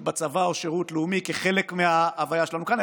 בצבא או שירות לאומי כחלק מההוויה שלנו כאן,